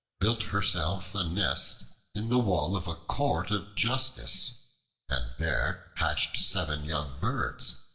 built herself a nest in the wall of a court of justice and there hatched seven young birds.